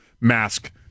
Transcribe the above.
mask